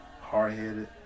hard-headed